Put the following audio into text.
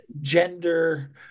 gender